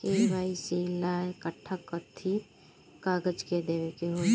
KYC ला कट्ठा कथी कागज देवे के होई?